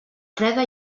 freda